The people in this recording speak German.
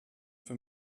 für